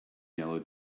yellow